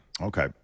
Okay